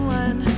one